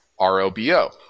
ROBO